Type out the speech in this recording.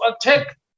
attack